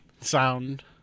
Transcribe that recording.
sound